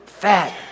Fat